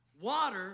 Water